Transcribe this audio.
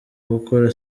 gukora